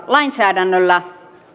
lainsäädännöllä